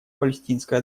палестинской